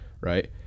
Right